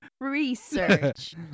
research